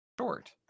short